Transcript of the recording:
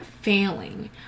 failing